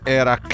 era